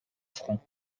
front